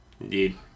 indeed